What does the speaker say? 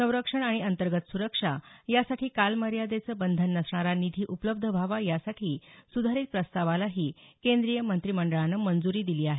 संरक्षण आणि अंतर्गत सुरक्षा यासाठी कालमर्यादेचं बधन नसणारा निधी उपलब्ध व्हावा यासाठी सुधारित प्रस्तावालाही केंद्रीय मंत्रिमंडळानं मंजूरी दिली आहे